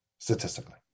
statistically